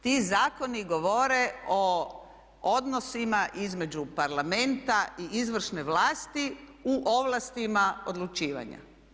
Ti zakoni govore o odnosima između Parlamenta i izvršne vlasti u ovlastima odlučivanja.